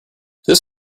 this